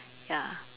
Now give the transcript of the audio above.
ya